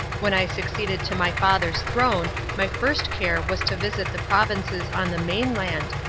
when i succeeded to my father's throne my first care was to visit the provinces on the mainland,